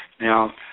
Now